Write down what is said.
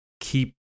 keep